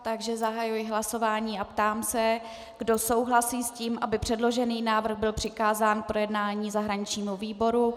Takže zahajuji hlasování a ptám se, kdo souhlasí s tím, aby předložený návrh byl přikázán k projednání zahraničnímu výboru.